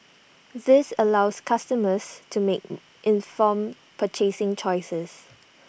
this allows customers to make informed purchasing choices